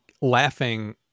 laughing